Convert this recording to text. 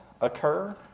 occur